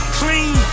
clean